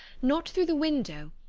not through the window,